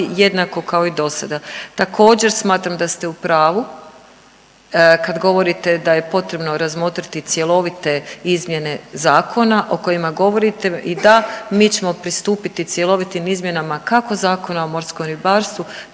jednako kao i dosada. Također smatram da ste u pravu kad govorite da je potrebno razmotriti cjelovite izmjene zakona o kojima govorite i da mi ćemo pristupiti cjelovitim izmjena kako Zakona o morskom ribarstvu